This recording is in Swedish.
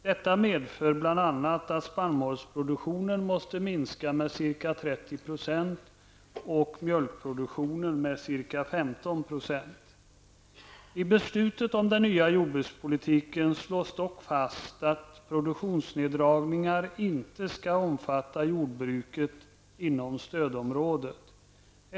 Detta medför bl.a. att spannmålsproduktionen måste minskas med ca I beslutet om den nya jordbrukspolitiken slås dock fast att produktionsneddragningarna inte skall omfatta jordbruket inom stödområdet.